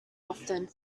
often